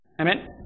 Amen